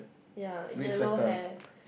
yea yellow hair